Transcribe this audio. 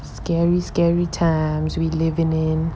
scary scary times we live in in